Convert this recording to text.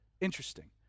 Interesting